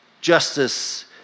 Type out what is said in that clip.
Justice